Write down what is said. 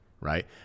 right